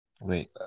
Wait